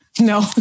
No